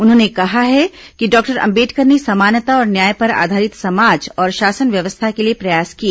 उन्होंने कहा है कि डॉक्टर अंबेडकर ने समानता और न्याय पर आधारित समाज और शासन व्यवस्था के लिए प्रयास किए